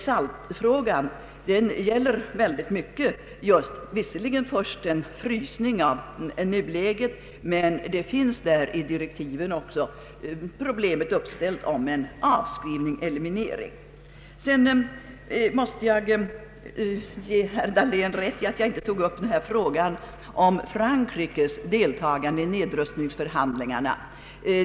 SALT-förhandlingarna gäller visserligen först en frysning av nuläget, men i direktiven förekommer också problemet om en avskrivning, eliminering, av de vapen som man redan har. I mitt förra svar till herr Dahlén försummade jag att ta upp frågan om Frankrikes deltagande i nedrustningsförhandlingarna.